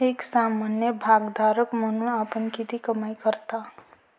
एक सामान्य भागधारक म्हणून आपण किती कमाई करता?